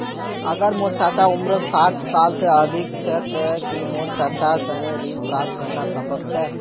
अगर मोर चाचा उम्र साठ साल से अधिक छे ते कि मोर चाचार तने ऋण प्राप्त करना संभव छे?